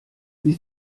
sie